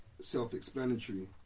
self-explanatory